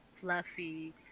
fluffy